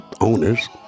owners